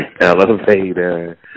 elevator